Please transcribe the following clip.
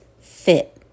fit